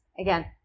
again